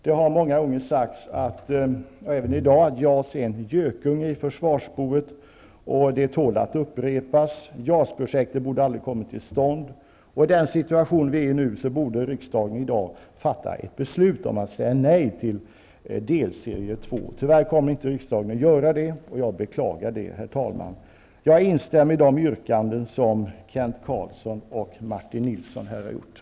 Det har många gånger sagts, även i dag, att JAS är en gökunge i försvarsboet. Det tål att upprepas. JAS-projektet borde aldrig ha kommit till stånd. I den situation vi är i nu, borde riksdagen i dag fatta ett beslut om att säga nej till delserie 2. Tyvärr kommer riksdagen inte att göra det, och jag beklagar det, herr talman. Jag instämmer i de yrkanden som Kent Carlsson och Martin Nilsson här har framfört.